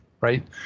right